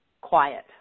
quiet